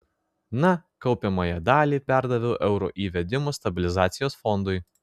na kaupiamąją dalį perdaviau euro įvedimo stabilizacijos fondui